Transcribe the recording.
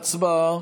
הצבעה.